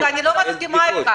רגע, אני לא מסכימה אתך.